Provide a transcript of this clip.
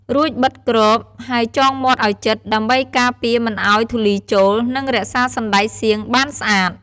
រួចបិទគ្រប ហើយចងមាត់ឱ្យជិត ដើម្បីការពារមិនឱ្យធូលីចូល និងរក្សារសណ្តែកសៀងបានស្អាត។